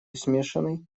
смешанный